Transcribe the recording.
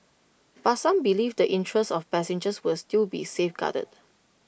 but some believe the interests of passengers will still be safeguarded